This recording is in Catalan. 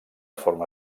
forma